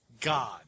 God